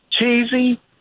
Cheesy